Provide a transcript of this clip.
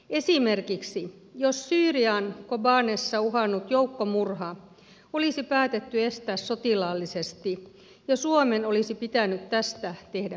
esimerkiksi jos syyrian kobanessa uhannut joukkomurha olisi päätetty estää sotilaallisesti ja suomen olisi pitänyt tästä tehdä päätöksiä